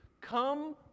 Come